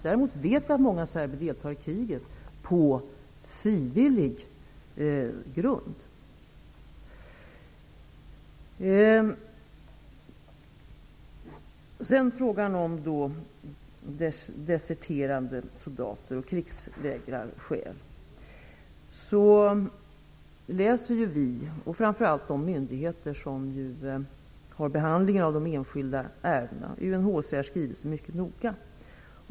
Däremot vet vi att många serber deltar i kriget på frivillig grund. Vad sedan gäller frågan om deserterande soldater som åberopar krigsvägrarskäl läser vi och framför allt de myndigheter som behandlar de enskilda ärendena UNHCR:s skrivelser mycket noga.